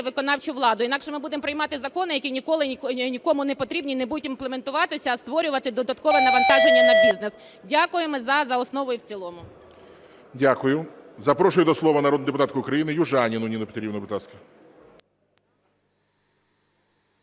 виконавчу владу, інакше, ми будемо приймати закони, які ніколи нікому не потрібні і не будуть імплементуватися, а створити додаткове навантаження на бізнес. Дякую. Ми – за за основу і в цілому. ГОЛОВУЮЧИЙ. Дякую. Запрошую до слова народну депутатку України Южаніну Ніну Петрівну, будь ласка.